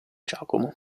giacomo